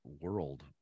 world